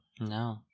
No